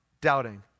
doubting